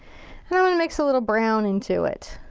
i'm gonna mix a little brown into it.